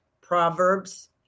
Proverbs